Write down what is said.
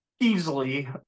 Easily